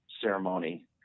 ceremony